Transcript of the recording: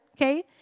okay